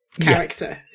character